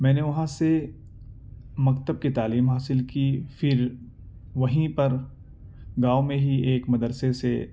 میں نے وہاں سے مکتب کی تعلیم حاصل کی پھر وہیں پر گاؤں میں ہی ایک مدرسے سے